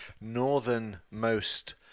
northernmost